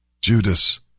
Judas